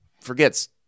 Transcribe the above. forgets